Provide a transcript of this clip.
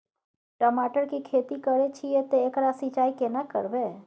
टमाटर की खेती करे छिये ते एकरा सिंचाई केना करबै?